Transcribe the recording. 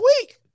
week